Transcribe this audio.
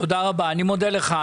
תודה רבה, אני מודה לך.